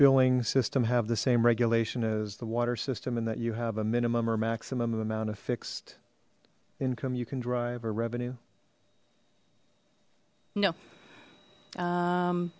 billing system have same regulation as the water system and that you have a minimum or maximum of amount of fixed income you can drive or revenue no